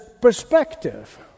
perspective